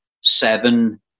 seven